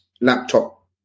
laptop